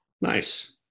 Nice